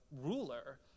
ruler